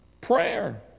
Prayer